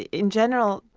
in general,